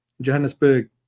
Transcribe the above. Johannesburg